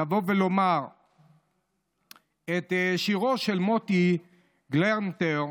לבוא ולומר את שירו של מוטי גלרנטר,